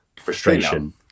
frustration